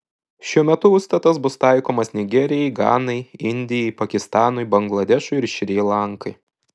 šiuo metu užstatas bus taikomas nigerijai ganai indijai pakistanui bangladešui ir šri lankai